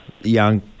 young